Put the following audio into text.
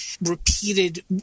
repeated